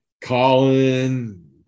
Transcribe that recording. Colin